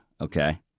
okay